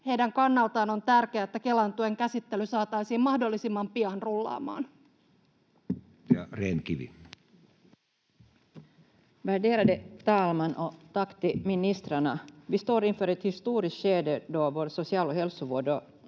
Heidän kannaltaan on tärkeää, että Kelan tuen käsittely saataisiin mahdollisimman pian rullaamaan.